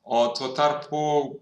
o tuo tarpu